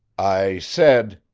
i said,